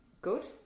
Good